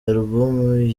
album